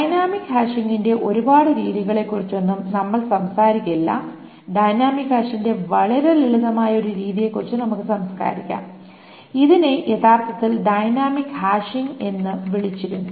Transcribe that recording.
dynamic ഹാഷിംഗിന്റെ ഒരുപാട് രീതികളെക്കുറിച്ചൊന്നും നമ്മൾ സംസാരിക്കില്ല ഡൈനാമിക് ഹാഷിംഗിന്റെ വളരെ ലളിതമായ ഒരു രീതിയെക്കുറിച്ച് നമുക്ക് സംസാരിക്കാം ഇതിനെ യഥാർത്ഥത്തിൽ ഡൈനാമിക് ഹാഷിംഗ് എന്ന് വിളിച്ചിരുന്നു